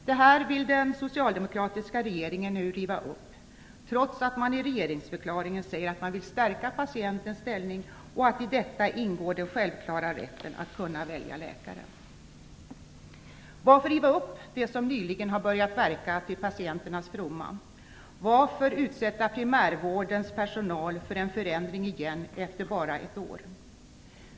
Detta vill den socialdemokratiska regeringen nu riva upp, trots att man i regeringsförklaringen säger att man vill stärka patientens ställning och att i detta ingår den självklara rätten att kunna välja läkare. Varför riva upp det som nyligen har börjat verka till patienternas fromma? Varför utsätta primärvårdens personal för en förändring igen efter bara ett år?